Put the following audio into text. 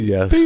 Yes